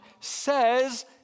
says